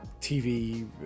TV